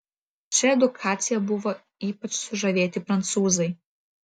šia edukacija buvo ypač sužavėti prancūzai